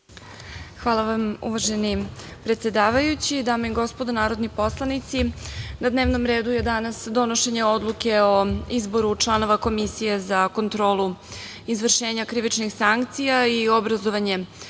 Hvala vam, uvaženi predsedavajući. Dame i gospodo narodni poslanici, na dnevnom redu je danas donošenje odluke o izboru članova Komisije za kontrolu izvršenja krivičnih sankcija i obrazovanje